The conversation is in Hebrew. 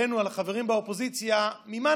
אותנו,